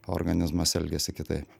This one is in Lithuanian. organizmas elgiasi kitaip